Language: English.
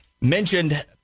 mentioned